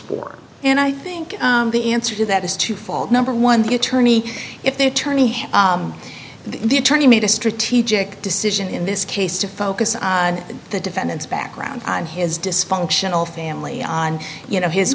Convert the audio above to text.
for and i think the answer to that is to follow number one the attorney if the attorney the attorney made a strategic decision in this case to focus on the defendant's background and his dysfunctional family on you know his